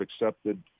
accepted